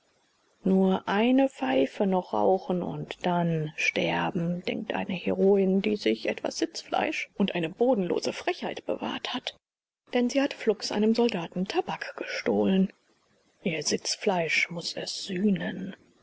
nur eine pfeife noch rauchen und dann sterben denkt eine hereroin die sich etwas sitzfleisch und eine bodenlose frechheit bewahrt hat denn sie hat flugs einem soldaten tabak gestohlen ihr sitzfleisch muß es sühnen